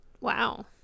Wow